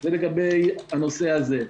זה לגבי הנושא הזה.